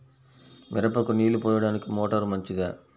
మిరపకు నీళ్ళు పోయడానికి మోటారు మంచిదా?